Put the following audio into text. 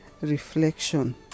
reflection